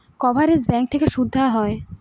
coverage bank থেকে সুদ দেওয়া হয়